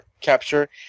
capture